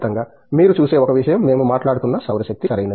మీరు చూసే ఒక విషయం మేము మాట్లాడుతున్న సౌర శక్తి సరియైనది